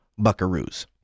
buckaroos